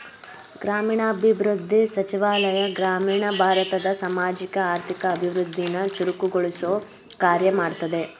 ಗ್ರಾಮೀಣಾಭಿವೃದ್ಧಿ ಸಚಿವಾಲಯ ಗ್ರಾಮೀಣ ಭಾರತದ ಸಾಮಾಜಿಕ ಆರ್ಥಿಕ ಅಭಿವೃದ್ಧಿನ ಚುರುಕುಗೊಳಿಸೊ ಕಾರ್ಯ ಮಾಡ್ತದೆ